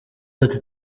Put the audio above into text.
ati